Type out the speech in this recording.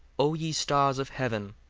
o ye stars of heaven,